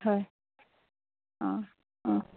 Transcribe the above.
হয়